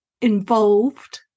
involved